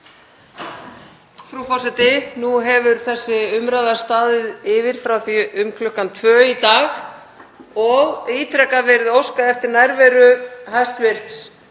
Frú forseti. Nú hefur þessi umræða staðið yfir frá því um klukkan tvö í dag og ítrekað hefur verið óskað eftir nærveru hæstv.